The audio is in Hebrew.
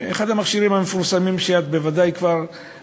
אחד המכשירים המפורסמים שמאז שאת בתפקיד,